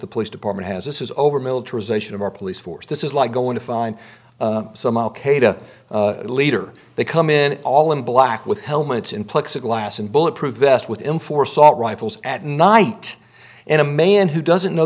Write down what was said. the police department has this is over militarization of our police force this is like going to find some al qaeda leader they come in all in black with helmets in plexiglass and bulletproof vest with him for salt rifles at night and a man who doesn't know